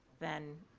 then,